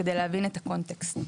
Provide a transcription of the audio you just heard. כדי להבין את הקונטקס.